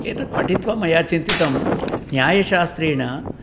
एतत् पठित्वा मया चिन्तितं न्यायशास्त्रेण